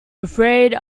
afraid